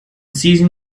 seizing